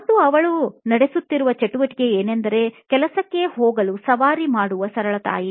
ಮತ್ತು ಅವಳು ನಡೆಸುತ್ತಿರುವ ಚಟುವಟಿಕೆ ಏನೆಂದರೆ ಕೆಲಸಕ್ಕೆ ಹೋಗಲು ಸವಾರಿ ಮಾಡುವ ಸರಳ ತಾಯಿ